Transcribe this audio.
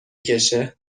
کشهمگه